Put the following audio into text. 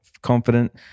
confident